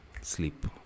sleep